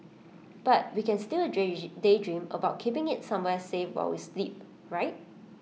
but we can still daydream about keeping IT somewhere safe while we sleep right